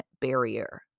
barrier